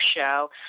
show